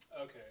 Okay